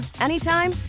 anytime